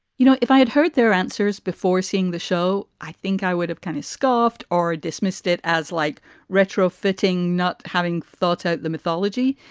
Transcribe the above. you know, if i had heard their answers before seeing the show, i think i would have kind of scoffed or dismissed it as like retrofitting, not having thought out the mythology.